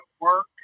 work